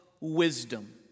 wisdom